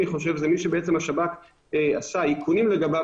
אני חושב זה מי שבעצם השב"כ עשה איכונים לגביו,